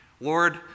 Lord